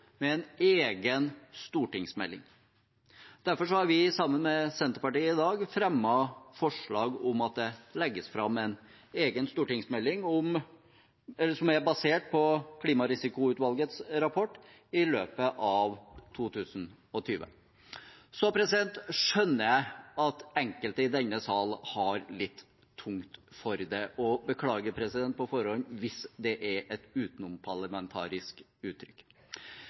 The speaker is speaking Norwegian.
med en egen stortingsmelding. Derfor har vi, sammen med Senterpartiet, i dag fremmet forslag om at det legges fram en egen stortingsmelding basert på Klimarisikoutvalgets rapport i løpet av 2020. Jeg skjønner at enkelte i denne sal har litt tungt for det – beklager, president, på forhånd hvis det er et utenomparlamentarisk uttrykk.